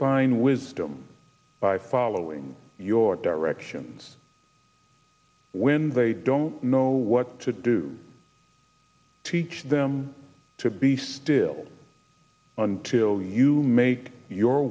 find wisdom by following your directions when they don't know what to do teach them to be still until you make your